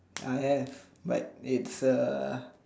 I have but it's a